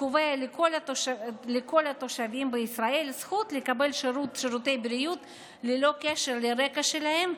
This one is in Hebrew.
הקובע שלכל התושבים בישראל זכות לקבל שירותי בריאות ללא קשר לרקע שלהם,